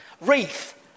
Wreath